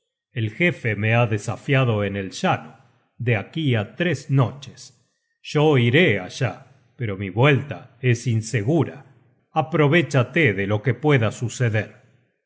el jefe me ha desafiado en el llano de aquí á tres noches yo iré allá pero mi vuelta es insegura aprovéchate de lo que pueda suceder